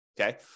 Okay